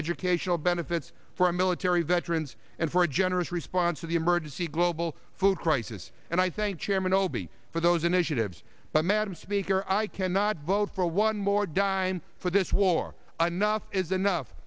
educational benefits for our military veterans and for a generous response to the emergency global food crisis and i thank chairman obie for those initiatives but madam speaker i cannot vote for one more dime for this war anough is enough